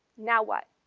now what?